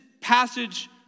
passage